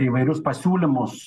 įvairius pasiūlymus